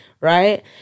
right